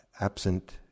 absent